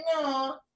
no